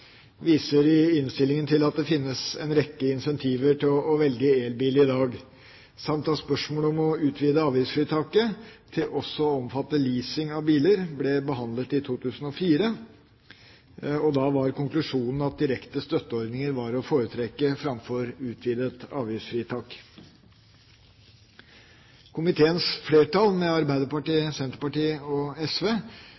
viser i innstillingen til at det finnes en rekke incentiver til å velge elbil i dag, samt at spørsmålet om å utvide avgiftsfritaket til også å omfatte leasing av biler ble behandlet i 2004. Da var konklusjonen at direkte støtteordninger var å foretrekke framfor utvidet avgiftsfritak. Komiteens flertall, med Arbeiderpartiet,